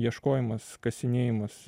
ieškojimas kasinėjimas